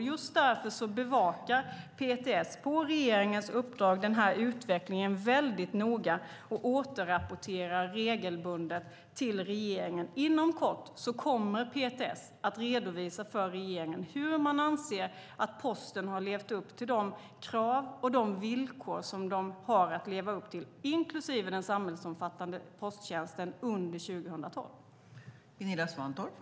Just därför bevakar PTS, på regeringens uppdrag, denna utveckling noga och återrapporterar regelbundet till regeringen. Inom kort kommer PTS att redovisa för regeringen hur man anser att Posten har levt upp till de krav och de villkor som de har att leva upp till, inklusive den samhällsomfattande posttjänsten under 2012.